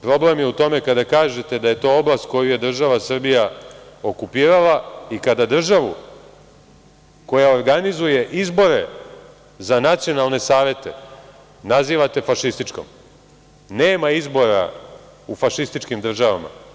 Problem je u tome kada kažete da je to oblast koju je država Srbija okupirala i kada državu koja organizuje izbore za nacionalne savete nazivate fašističkom, nema izbora u fašističkim državama.